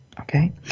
Okay